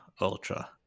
ultra